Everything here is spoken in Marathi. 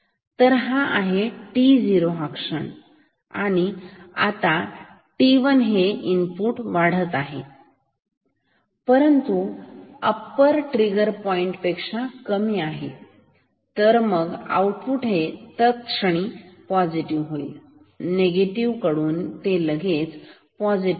तर हा आहे t0 हा क्षण आहे t1 आता इनपुट वाढत आहे परंतु अप्पर ट्रिगर पॉईंट पेक्षा कमी आहे तर मग आउटपुट हे तत्क्षणी पॉझिटिव्ह होईल निगेटिव्ह कडून ते लगेच पॉझिटिव्ह होईल